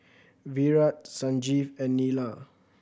Virat Sanjeev and Neila